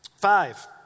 Five